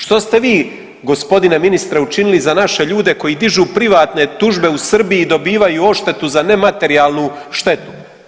Što ste vi gospodine ministre učinili za naše ljude koji dižu privatne tužbe u Srbiji i dobivaju odštetu za nematerijalnu štetu?